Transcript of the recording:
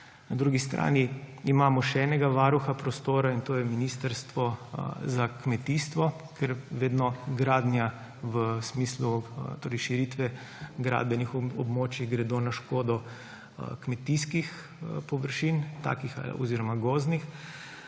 Na drugi strani imamo še enega varuha prostora in to je ministrstvo za kmetijstvo, ker vedno gradnja v smislu širitve gradbenih območij gre na škodo kmetijskih površin oziroma gozdnih;